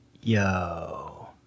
Yo